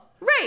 Right